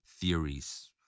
theories